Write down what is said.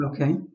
Okay